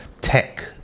tech